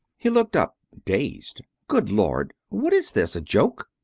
he looked up, dazed. good lord, what is this? a joke?